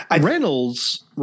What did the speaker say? Reynolds